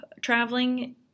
traveling